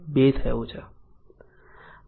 2 થયું છે